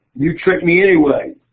you tricked me anyway.